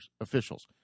officials